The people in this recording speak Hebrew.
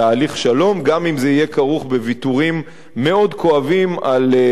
גם אם ישראל מציעה להם